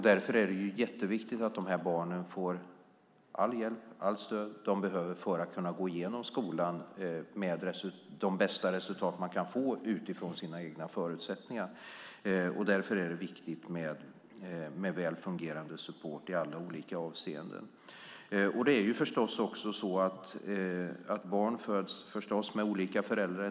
Därför är det jätteviktigt att de här barnen får all hjälp och allt stöd de behöver för att kunna gå igenom skolan med de bästa resultat de kan få utifrån sina egna förutsättningar. Därför är det viktigt med väl fungerande support i alla olika avseenden. Barn föds med olika föräldrar.